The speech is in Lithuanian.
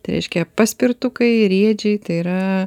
tai reiškia paspirtukai riedžiai tai yra